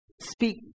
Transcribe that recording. speak